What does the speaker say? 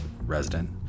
resident